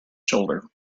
shoulder